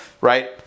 right